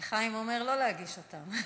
חיים אומר לא להגיש אותן.